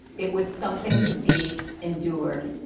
it was something to be endured.